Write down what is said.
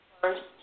first